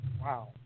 Wow